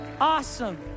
Awesome